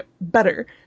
better